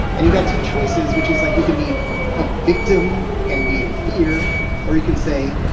and you got two choices which is like you can be a victim and be in fear or you can say,